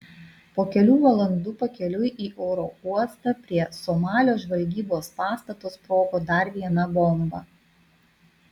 po kelių valandų pakeliui į oro uostą prie somalio žvalgybos pastato sprogo dar viena bomba